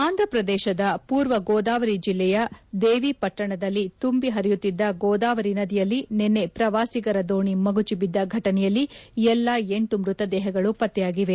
ಆಂಧಪ್ರದೇಶದ ಪೂರ್ವ ಗೋದಾವರಿ ಜಿಲ್ಲೆಯ ದೇವಿ ಪಟ್ಟಣದಲ್ಲಿ ತುಂಬಿ ಪರಿಯುತ್ತಿದ್ದ ಗೋದಾವರಿ ನದಿಯಲ್ಲಿ ನಿನ್ನೆ ಪ್ರವಾಸಿಗರ ದೋಣಿ ಮಗುಚಿಬಿದ್ದ ಘಟನೆಯಲ್ಲಿ ಎಲ್ಲಾ ಎಂಟು ಮೃತದೇಹಗಳು ಪತ್ತೆಯಾಗಿವೆ